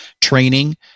training